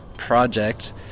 project